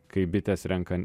kai bitės renka